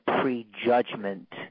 prejudgment